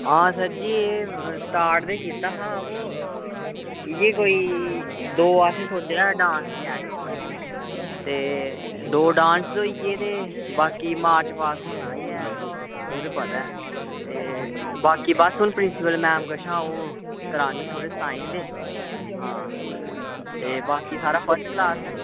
हां सर जी एह् स्टार्ट गै कीता हा बा इ'यै कोई दौ असें सोचे दा हा कि डांस दियां आईटमां होनियां ते दौ डांस होई गे ते बाकी मार्च पास होना गै ओह् ते पता गै ते बाकी हून प्रिंसीपल मैम कशा ओह् कराने थोह्ड़े साईन जेह् ते बाकी सारा फस्ट क्लॉस ऐ